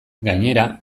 gainera